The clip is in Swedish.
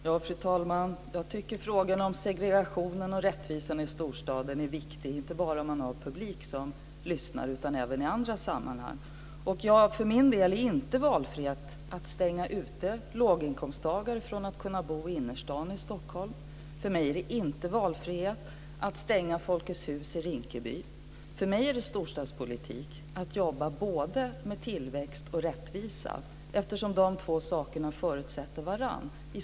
Fru talman! Jag tycker att frågan om segregationen och rättvisan i storstaden är viktig, inte bara om man har publik som lyssnar, utan även i andra sammanhang. För mig är det inte valfrihet att stänga ute låginkomsttagare från att kunna bo i innerstan i Stockholm. För mig är det inte valfrihet att stänga Folkets hus i Rinkeby. För mig är det storstadspolitik att jobba med både tillväxt och rättvisa eftersom de två sakerna i hög grad förutsätter varandra.